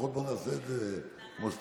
לפחות בואו נעשה את זה כמו שצריך.